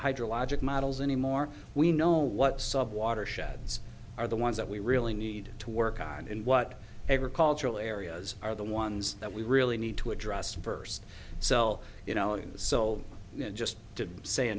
hydrologic models anymore we know what sub watersheds are the ones that we really need to work on in what agricultural areas are the ones that we really need to address first so you know and so just to say a